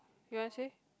you want to say